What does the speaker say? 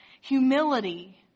humility